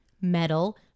metal